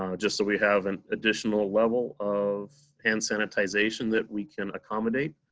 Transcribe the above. um just so we have an additional level of hand sanitization that we can accommodate.